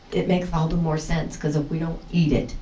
it makes all the more sense because if we don't eat it,